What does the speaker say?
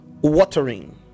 watering